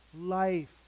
life